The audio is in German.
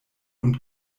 und